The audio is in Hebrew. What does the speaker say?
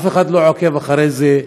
אף אחד לא עוקב אחרי זה,